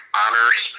honors